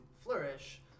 flourish